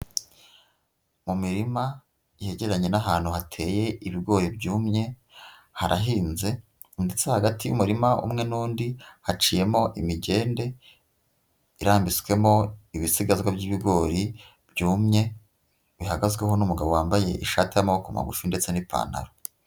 Mu mirima yegeranye n'ahantu hateye ibigori byumye, harahinze ndetse hagati y'umurima umwe n'undi haciyemo imigende irambitswemo ibisigazwa by'ibigori byumye, bihagazweho n'umugabo wambaye ishati y'amaboko magufi ndetse n'ipantaro.